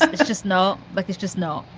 it's just no. but there's just no,